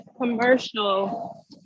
commercial